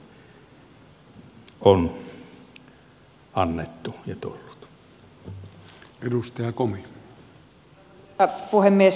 arvoisa puhemies